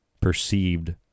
perceived